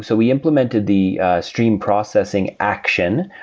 so we implemented the stream processing action,